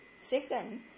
Second